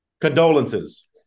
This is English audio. Condolences